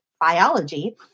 Biology